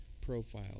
profile